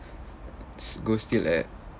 st~ go steal at